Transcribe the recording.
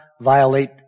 violate